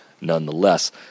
nonetheless